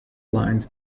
lines